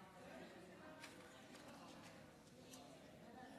חבר הכנסת רון כץ ביקש שאני אתייחס,